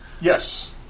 Yes